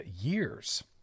years